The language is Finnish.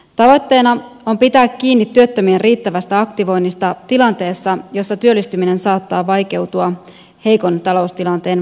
tavoitteena on pitää kiinni työttömien riittävästä aktivoinnista tilanteessa jossa työllistyminen saattaa vaikeutua heikon taloustilanteen vuoksi